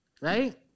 right